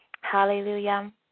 Hallelujah